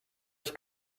ich